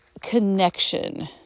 connection